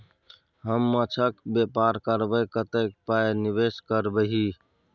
हम माछक बेपार करबै कतेक पाय निवेश करबिही?